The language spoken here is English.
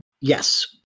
Yes